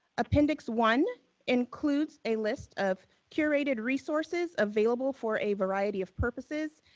appendix one includes a list of curated resources available for a variety of purposes.